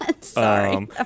Sorry